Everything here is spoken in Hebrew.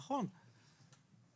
נכון,